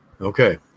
okay